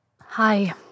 Hi